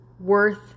worth